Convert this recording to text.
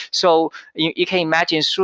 so you you can imagine, so